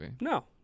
No